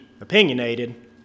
opinionated